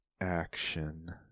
action